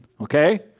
okay